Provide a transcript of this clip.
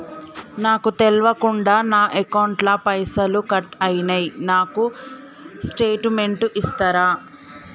నాకు తెల్వకుండా నా అకౌంట్ ల పైసల్ కట్ అయినై నాకు స్టేటుమెంట్ ఇస్తరా?